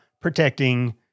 protecting